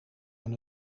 aan